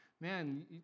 man